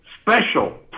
special